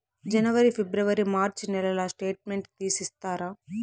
జనవరి, ఫిబ్రవరి, మార్చ్ నెలల స్టేట్మెంట్ తీసి ఇస్తారా?